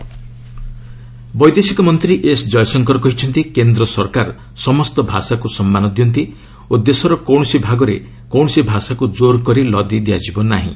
ଜୟଶଙ୍କର ଏକ୍ରକେସନ୍ ପଲିସି ବୈଦେଶିକ ମନ୍ତ୍ରୀ ଏସ୍ ଜୟଶଙ୍କର କହିଛନ୍ତି କେନ୍ଦ୍ର ସରକାର ସମସ୍ତ ଭାଷାକୁ ସମ୍ମାନ ଦିଅନ୍ତି ଓ ଦେଶର କୌଣସି ଭାଗରେ କୌଣସି ଭାଷାକୁ ଜୋର୍ କରି ଲଦି ଦିଆଯିବ ନାହିଁ